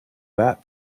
that